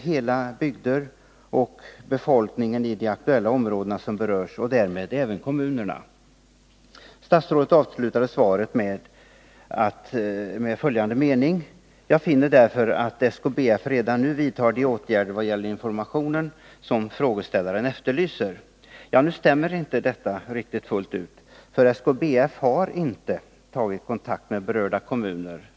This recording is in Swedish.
Hela bygder och befolkningen i de aktuella områdena berörs och därmed även kommunerna. Statsrådet avslutade sitt svar med följande mening: ”SKBF tar således redan nu de kontakter som frågeställaren efterlyser.” Dessa stämmer inte riktigt, för SKBF har inte tagit kontakt med berörda kommuner.